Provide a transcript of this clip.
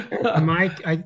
Mike